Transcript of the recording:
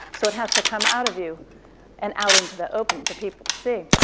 so it has to come out of you and out into the open for people to see.